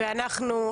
ואנחנו,